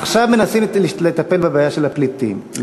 עכשיו מנסים לטפל בבעיה של הפליטים,